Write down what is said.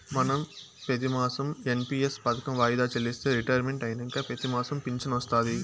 మనం పెతిమాసం ఎన్.పి.ఎస్ పదకం వాయిదా చెల్లిస్తే రిటైర్మెంట్ అయినంక పెతిమాసం ఫించనొస్తాది